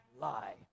lie